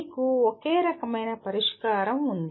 మీకు ఒకే ఒక ప్రత్యేక పరిష్కారం ఉంది